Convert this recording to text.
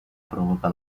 provoca